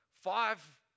five